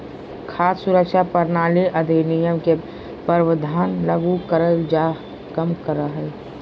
खाद्य सुरक्षा प्रणाली अधिनियम के प्रावधान लागू कराय के कम करा हइ